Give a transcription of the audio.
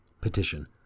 Petition